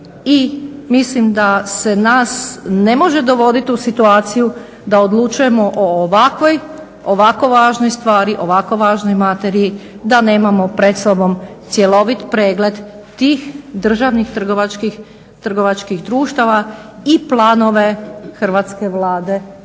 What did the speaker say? I mislim da se nas ne može dovoditi u situaciju da odlučujemo o ovakvoj važnoj stvari o ovako važnoj materiji da nemamo pred sobom cjelovit pregled tih državnih trgovačkih društava i planove hrvatske Vlade